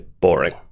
boring